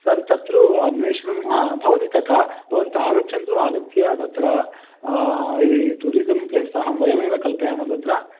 sir तत्र अन्वेषणं भवति तथा भवन्तः आगच्छन्तु आगत्य तत्र यदि टूरिसं प्लेस् अहं वयमेव कल्पयामः तत्र